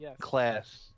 class